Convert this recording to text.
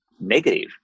negative